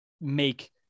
make